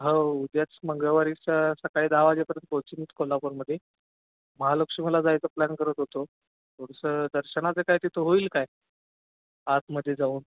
हो उद्याच मंगळवारी स सकाळी दहा वाजेपर्यंत पोहचू कोल्हापूरमध्ये महालक्ष्मीला जायचं प्लॅन करत होतो थोडंसं दर्शनाचं काय तिथे होईल का आतमध्ये जाऊन